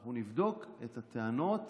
אנחנו נבדוק את הטענות